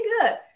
good